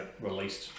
released